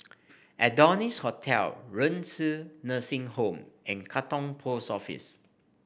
Adonis Hotel Renci Nursing Home and Katong Post Office